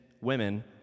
women